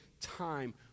time